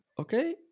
Okay